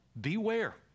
beware